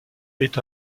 est